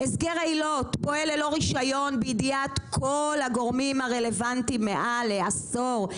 הסגר איילות פועל ללא רישיון בידיעת כל הגורמים הרלבנטיים מעל לעשור,